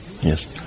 yes